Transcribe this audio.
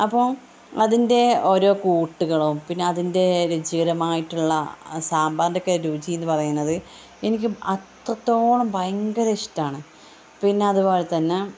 അപ്പോള് അതിൻ്റെ ഓരോ കൂട്ടുകളും പിന്നെ അതിൻ്റെ രുചികരമായിട്ടുള്ള സാമ്പാറിന്റൊക്കെ രുചി എന്ന് പറയുന്നത് എനിക്ക് അത്രത്തോളം ഭയങ്കര ഇഷ്ടമാണ് പിന്നെ അത് പോലെതന്നെ